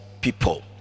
people